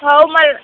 हो मला